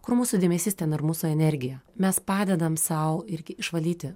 kur mūsų dėmesys ten ir mūsų energija mes padedam sau ir ki išvalyti